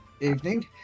Evening